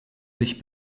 sich